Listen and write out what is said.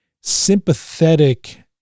sympathetic